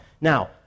Now